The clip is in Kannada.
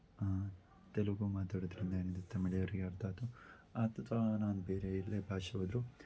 ತೆಲುಗು ಮಾತಾಡೋದರಿಂದ ಏನಿದೆ ತಮಿಳೋರಿಗೆ ಅರ್ಥ ಆಯಿತು ಅಥವಾ ನಾನು ಬೇರೆ ಎಲ್ಲೇ ಭಾಷೆ ಹೋದರೂ